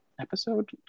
episode